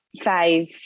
five